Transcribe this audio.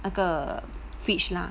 那个 fridge lah